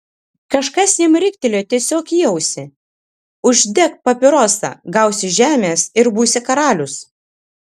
kažkas jam riktelėjo tiesiog į ausį uždek papirosą gausi žemės ir būsi karalius